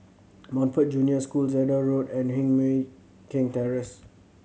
Montfort Junior School Zehnder Road and Heng Mui Keng Terrace